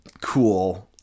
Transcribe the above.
cool